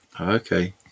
Okay